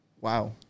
Wow